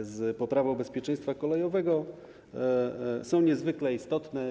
z poprawą bezpieczeństwa kolejowego są niezwykle istotne.